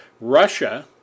Russia